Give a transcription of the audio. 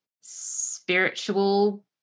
spiritual